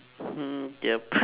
hmm yup